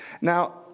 Now